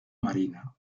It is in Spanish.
marina